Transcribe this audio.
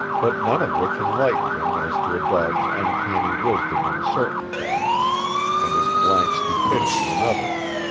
but none of which enlightened him as to a dog's uncanny wisdom in certain things and his blank stupidity in others.